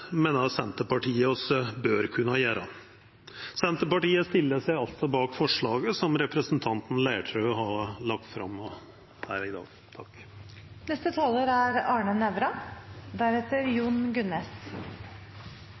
meiner Senterpartiet vi bør kunna gjera. Senterpartiet er altså med på det forslaget som representanten Leirtrø har lagt fram her i dag. Det er